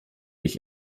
ich